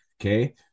Okay